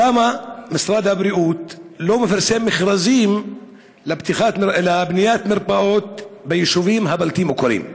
למה משרד הבריאות לא מפרסם מכרזים לבניית מרפאות ביישובים הבלתי-מוכרים?